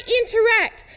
interact